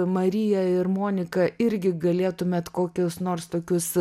marija ir monika irgi galėtumėt kokius nors tokius